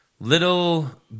Little